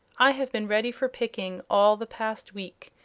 i have been ready for picking all the past week,